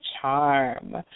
charm